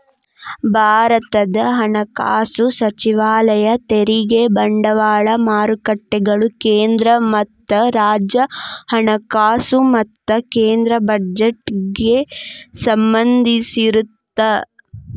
ಭಾರತದ ಹಣಕಾಸು ಸಚಿವಾಲಯ ತೆರಿಗೆ ಬಂಡವಾಳ ಮಾರುಕಟ್ಟೆಗಳು ಕೇಂದ್ರ ಮತ್ತ ರಾಜ್ಯ ಹಣಕಾಸು ಮತ್ತ ಕೇಂದ್ರ ಬಜೆಟ್ಗೆ ಸಂಬಂಧಿಸಿರತ್ತ